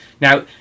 Now